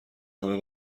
همه